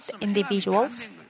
individuals